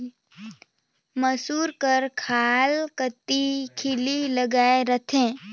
मूसर कर खाल कती खीली लगाए रहथे